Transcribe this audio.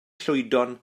llwydion